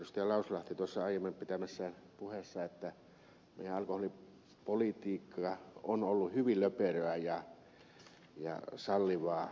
lauslahti tuossa aiemmin pitämässään puheessa että meidän alkoholipolitiikkamme on ollut hyvin löperöä ja sallivaa